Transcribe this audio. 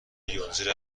یونجه